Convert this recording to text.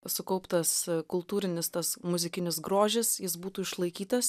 sukauptas kultūrinis tas muzikinis grožis jis būtų išlaikytas